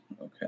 Okay